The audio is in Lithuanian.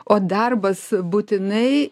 o darbas būtinai